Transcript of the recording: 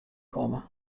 komme